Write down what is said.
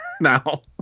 now